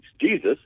Jesus